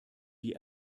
die